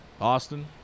Austin